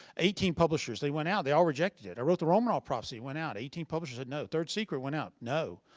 eighteen publishers. they went out, they all rejected it. i wrote the romanov prophecy, it went out, eighteen publishers said no. third secret went out, no.